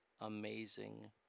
amazing